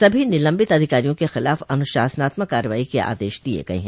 सभी निलंबित अधिकारियों के खिलाफ अनुशासनात्मक कार्यवाई के आदेश दिये गये हैं